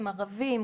ערבים,